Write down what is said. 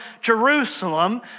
Jerusalem